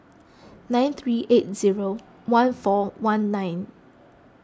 nine three eight zero one four one nine